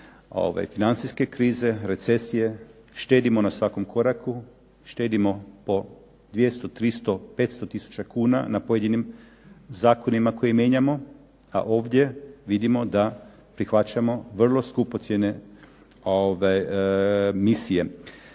financijske krize, recesije, štedimo na svakom koraku, štedimo po 200, 300, 500 tisuća kuna na pojedinim zakonima koje mijenjamo, a ovdje vidimo da prihvaćamo vrlo skupocjene misije.